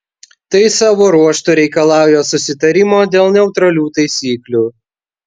tai savo ruožtu reikalauja susitarimo dėl neutralių taisyklių